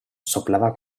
soplaba